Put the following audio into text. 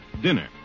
Dinner